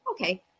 Okay